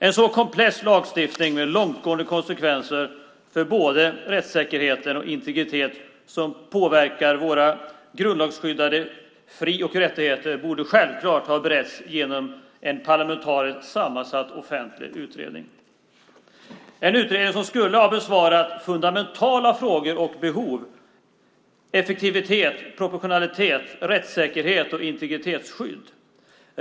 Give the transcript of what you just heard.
En så komplex lagstiftning, med långtgående konsekvenser för både rättssäkerhet och integritet, som påverkar våra grundlagsskyddade fri och rättigheter, borde självklart ha beretts genom en parlamentariskt sammansatt offentlig utredning. En sådan utredning skulle ha besvarat fundamentala frågor om behov, effektivitet, proportionalitet, rättssäkerhet och integritetsskydd.